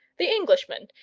the englishman,